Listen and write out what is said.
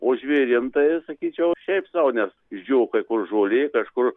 o žvėrim tai sakyčiau šiaip sau nes išdžiūvo kai kur žolė kažkur